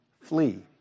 Flee